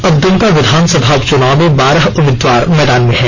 अब दुमका विधानसभा उपचुनाव में बारह उम्मीदवार मैदान में हैं